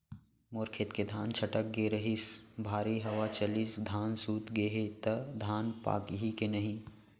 मोर खेत के धान छटक गे रहीस, भारी हवा चलिस, धान सूत गे हे, त धान पाकही के नहीं?